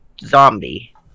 zombie